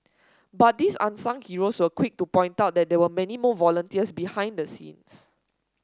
but these unsung heroes were quick to point out that there were many more volunteers behind the scenes